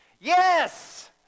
Yes